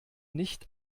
nicht